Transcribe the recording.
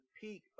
peak